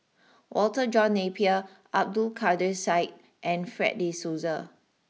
Walter John Napier Abdul Kadir Syed and Fred De Souza